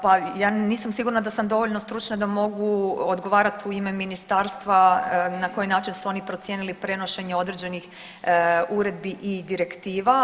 Pa ja nisam sigurna da sam dovoljno stručna da mogu odgovarat u ime ministarstva na koji način su oni procijenili prenošenje određenih uredbi i direktiva.